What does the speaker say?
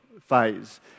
phase